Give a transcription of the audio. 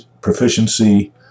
proficiency